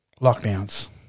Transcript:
...lockdowns